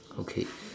okay